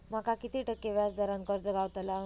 माका किती टक्के व्याज दरान कर्ज गावतला?